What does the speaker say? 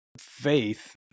faith